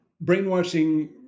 brainwashing